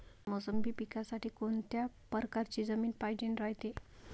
मोसंबी पिकासाठी कोनत्या परकारची जमीन पायजेन रायते?